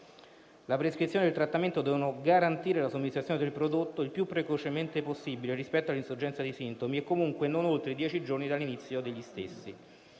La prescrizione del trattamento deve garantire la somministrazione del prodotto il più precocemente possibile rispetto all'insorgenza di sintomi e comunque non oltre dieci giorni dall'inizio degli stessi.